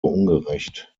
ungerecht